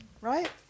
right